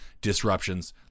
disruptions